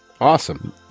awesome